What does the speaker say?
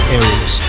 areas